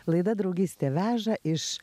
laida draugystė veža iš